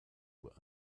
were